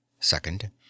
Second